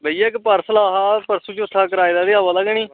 भैया इक्क पॉर्सल कराये दा हा परसों चौथे दा आये दा गै निं